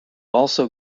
also